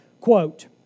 Quote